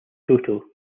toto